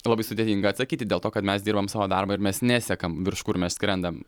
labai sudėtinga atsakyti dėl to kad mes dirbam savo darbą ir mes nesekam virš kur mes skrendam